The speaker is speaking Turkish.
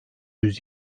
yüz